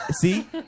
see